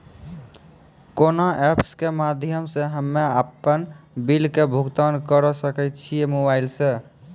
कोना ऐप्स के माध्यम से हम्मे अपन बिल के भुगतान करऽ सके छी मोबाइल से?